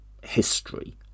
history